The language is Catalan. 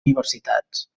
universitats